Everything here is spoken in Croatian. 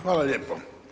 Hvala lijepo.